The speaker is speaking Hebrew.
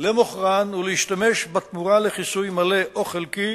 למוכרן ולהשתמש בתמורה לכיסוי מלא או חלקי